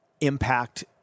impact